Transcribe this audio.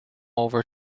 over